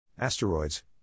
Asteroids